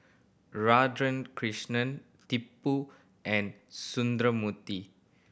Radhakrishnan Tipu and Sundramoorthy